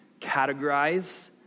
categorize